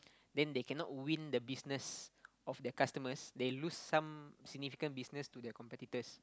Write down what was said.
then they cannot win the business of their customers they lose some significant business to their competitors